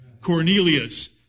Cornelius